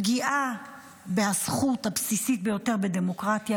פגיעה בזכות הבסיסית ביותר בדמוקרטיה,